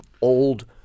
old